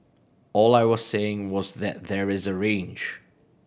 all I was saying was that there is a range